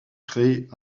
créée